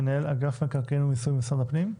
מנהל אגף המקרקעין ומיסוי במשרד הפנים.